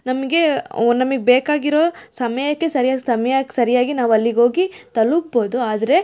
ನಮಗೆ ನಮಗ್ ಬೇಕಾಗಿರುವ ಸಮಯಕ್ಕೆ ಸರಿಯಾದ ಸಮಯಕ್ಕೆ ಸರಿಯಾಗಿ ನಾವು ಅಲ್ಲಿಗೆ ಹೋಗಿ ತಲುಪ್ಬೋದು ಆದರೆ